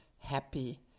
happy